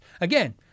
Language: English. Again